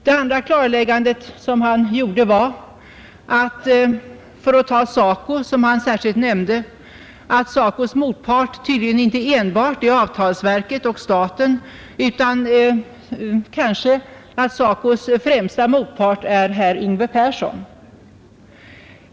Det andra klarläggandet som herr Persson gjorde var — för att ta SACO, som han särskilt nämnde — att SACOs motpart tydligen inte enbart är avtalsverket och staten utan att SACO:s främsta motpart kanske är herr Yngve Persson.